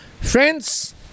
friends